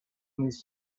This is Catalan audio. units